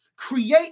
Create